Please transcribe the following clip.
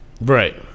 Right